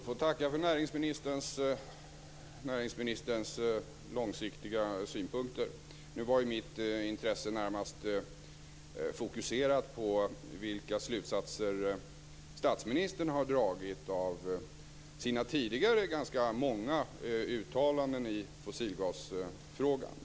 Fru talman! Jag får tacka för näringsministerns långsiktiga synpunkter. Mitt intresse var närmast fokuserat på vilka slutsatser statsministern har dragit av sina ganska många tidigare uttalanden i fossilgasfrågan.